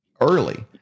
early